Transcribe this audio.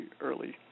early